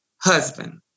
husband